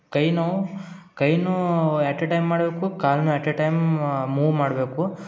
ಕೈ ನೋವು ಕೈನೂ ಎಟ್ ಎ ಟೈಮ್ ಮಾಡಬೇಕು ಕಾಲ್ನು ಎಟ್ ಎ ಟೈಮ್ ಮೂವ್ ಮಾಡಬೇಕು